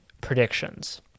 predictions